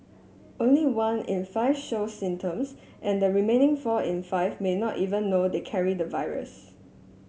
only one in five show symptoms and the remaining four in five may not even know they carry the virus